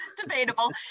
debatable